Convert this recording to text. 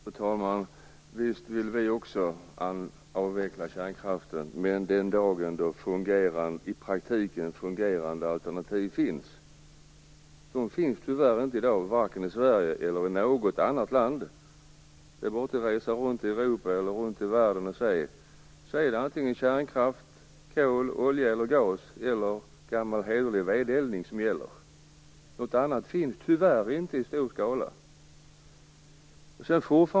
Fru talman! Visst vill vi också avveckla kärnkraften, men den dagen då i praktiken fungerande alternativ finns. De finns tyvärr inte i dag vare sig i Sverige eller i något annat land. Det är bara att resa runt i Europa eller världen för att se detta. Det är antingen kärnkraft, kol, olja, gas eller gammal hederlig vedeldning som gäller. Något annat finns tyvärr inte i stor skala.